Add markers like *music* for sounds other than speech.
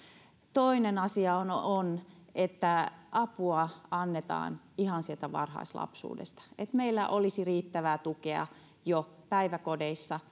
toinen asia on on että apua annetaan ihan sieltä varhaislapsuudesta että meillä olisi riittävää tukea jo päiväkodeissa *unintelligible*